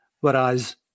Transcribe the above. whereas